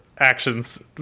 actions